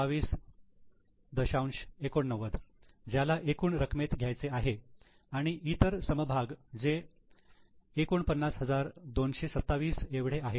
89 ज्याला एकूण रकमेत घ्यायचे आहे आणि इतर समभाग जे 49227 एवढे आहे